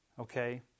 Okay